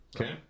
Okay